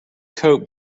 coat